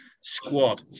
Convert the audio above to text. squad